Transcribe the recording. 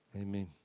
Amen